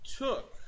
took